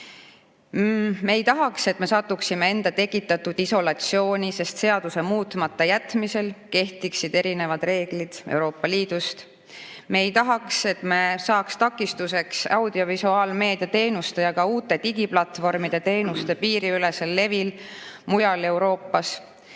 Me ei tahaks, et me satuksime enda tekitatud isolatsiooni, sest seaduste muutmata jätmisel kehtiksid meil teised reeglid kui [mujal] Euroopa Liidus. Me ei tahaks, et me saaks takistuseks audiovisuaalmeedia teenuste ja ka uute digiplatvormide teenuste piiriülesel levil mujal Euroopas,